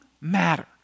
matter